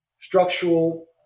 structural